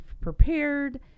prepared